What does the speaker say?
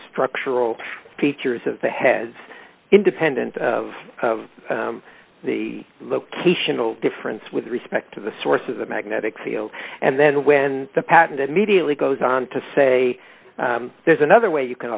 structural features of the heads independent of the location difference with respect to the source of the magnetic field and then when the patent immediately goes on to say there's another way you can